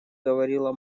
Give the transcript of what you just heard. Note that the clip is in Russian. говорила